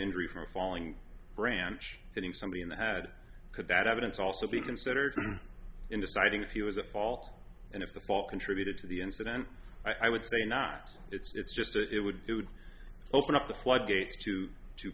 injury from falling branch getting somebody in the head could that evidence also be considered in deciding if he was a fault and if the ball contributed to the incident i would say not it's just it would it would open up the floodgates to to